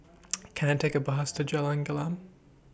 Can I Take A Bus to Jalan Gelam